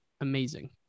Amazing